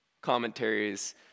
commentaries